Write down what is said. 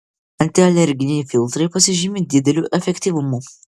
antialerginiai filtrai pasižymi dideliu efektyvumu